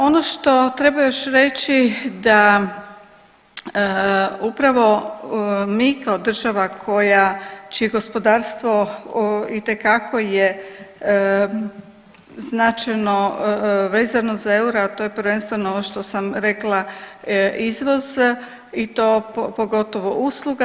Ono što treba još reći da upravo mi kao država koja, čije gospodarstvo itekako je značajno vezano za euro, a to je prvenstveno ovo što sam rekla izvoza i to pogotovo usluga.